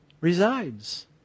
resides